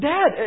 Dad